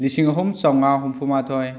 ꯂꯤꯁꯤꯡ ꯑꯍꯨꯝ ꯆꯥꯝꯃꯉꯥ ꯍꯨꯝꯐꯨ ꯃꯥꯊꯣꯏ